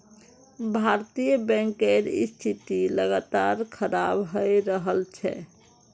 भारतीय बैंकेर स्थिति लगातार खराब हये रहल छे